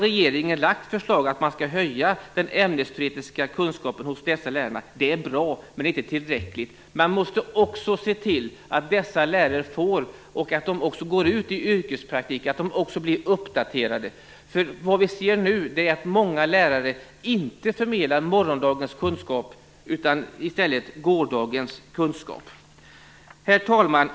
Regeringen har lagt fram förslag om att den ämnesteoretiska kunskapen hos dessa lärare skall förbättras. Det är bra, men det är inte tillräckligt. Man måste också se till att dessa lärare får möjlighet att gå ut i yrkespraktik, så att deras kunskaper blir uppdaterade. Vad vi ser nu är att många lärare inte förmedlar morgondagens kunskap utan i stället gårdagens. Herr talman!